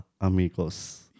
Amigos